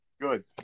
good